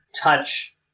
touch